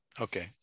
Okay